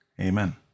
Amen